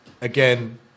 again